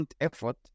effort